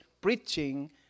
preaching